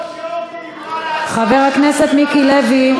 חבר הכנסת איציק שמולי.